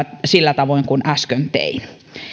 sillä tavoin kuin äsken tein